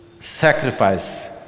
sacrifice